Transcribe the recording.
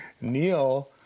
Neil